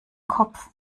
kopf